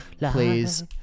please